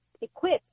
equipped